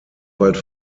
bald